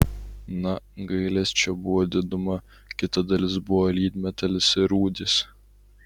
na gailesčio buvo diduma kita dalis buvo lydmetalis ir rūdys